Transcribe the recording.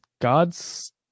God's